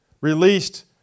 released